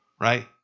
right